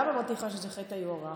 למה אמרתי לך שזה חטא היוהרה?